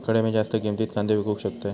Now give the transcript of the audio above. खडे मी जास्त किमतीत कांदे विकू शकतय?